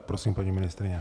Prosím, paní ministryně.